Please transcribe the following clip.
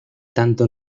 tanto